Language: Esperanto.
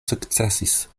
sukcesis